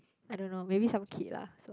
I don't know maybe some kid lah so